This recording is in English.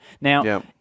Now